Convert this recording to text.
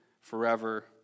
forever